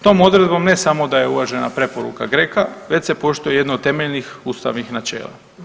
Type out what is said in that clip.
Tom odredbom ne samo da je uvažena preporuka GRECO-a već se poštuje jedno od temeljnih ustavnih načela.